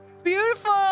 beautiful